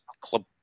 club